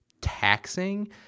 taxing